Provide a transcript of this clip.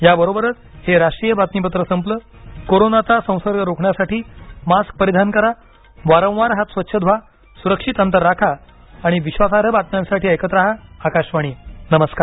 या बरोबरच हे राष्ट्रीय बातमीपत्र संपलं कोरोनाचा संसर्ग रोखण्यासाठी मास्क परिधान करा वारंवार हात स्वच्छ धुवा सुरक्षित अंतर राखा आणि विश्वासार्ह बातम्यांसाठी ऐकत राहा आकाशवाणी नमस्कार